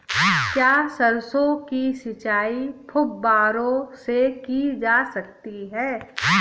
क्या सरसों की सिंचाई फुब्बारों से की जा सकती है?